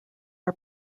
are